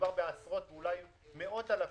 מדובר בעשרות אולי מאות אלפים,